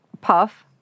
puff